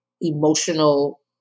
emotional